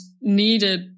needed